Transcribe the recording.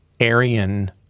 Aryan